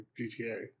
GTA